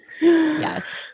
Yes